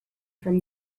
from